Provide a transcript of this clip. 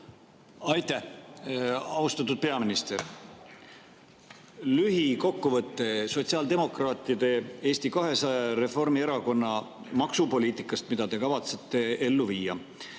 Aitäh! Austatud peaminister! Lühikokkuvõte sotsiaaldemokraatide, Eesti 200 ja Reformierakonna maksupoliitikast, mida te kavatsete ellu viia.